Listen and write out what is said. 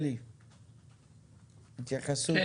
התייחסותך.